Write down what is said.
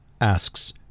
asks